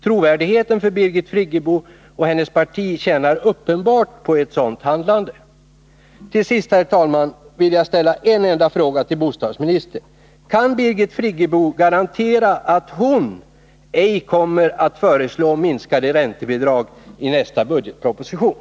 Trovärdigheten för Birgit Friggebo och hennes parti tjänar uppenbart på ett sådant handlande. Till sist, herr talman, vill jag ställa en enda fråga till bostadsministern: Kan Birgit Friggebo garantera att hon ej kommer att föreslå minskade räntebidrag i nästa budgetproposition?